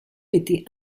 était